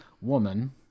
woman